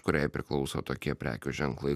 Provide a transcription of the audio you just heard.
kuriai priklauso tokie prekių ženklai